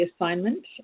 assignment